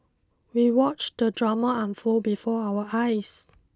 we watched the drama unfold before our eyes